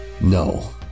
no